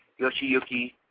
Yoshiyuki